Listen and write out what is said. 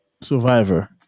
survivor